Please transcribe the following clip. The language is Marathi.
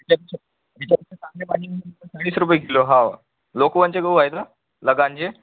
त्याच्यामध्ये चांगले पाहिजे तर चाळीस रुपये किलो हाे लोकवनचे गहू आहेत ना लगानचे